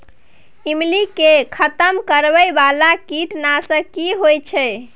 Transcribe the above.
ईमली के खतम करैय बाला कीट नासक की होय छै?